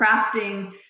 crafting